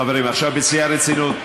חברים, עכשיו בשיא הרצינות.